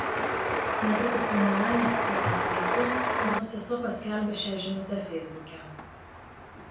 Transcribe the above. netrukus po nelaimės su fotoaparatu mano sesuo paskelbė šią žinutę feisbuke